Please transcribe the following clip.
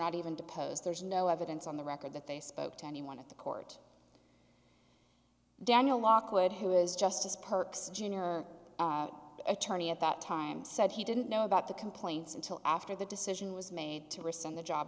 not even deposed there's no evidence on the record that they spoke to anyone at the court daniel lockwood who was just as percs junior attorney at that time said he didn't know about the complaints until after the decision was made to rescind the job